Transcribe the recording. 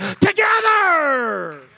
together